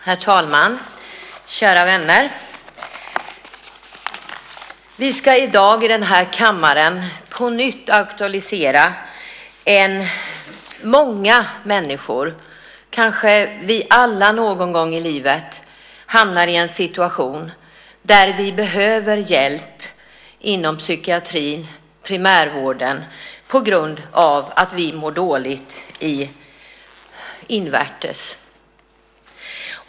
Herr talman! Kära vänner! Många människor - kanske vi alla - hamnar någon gång i livet i en situation där vi behöver hjälp av psykiatrin, primärvården, på grund av att vi mår dåligt invärtes.